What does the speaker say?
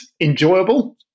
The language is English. enjoyable